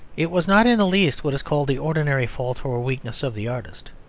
it was not in the least what is called the ordinary fault or weakness of the artist.